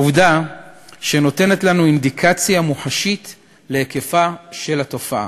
עובדה שנותנת לנו אינדיקציה מוחשית על היקפה של התופעה.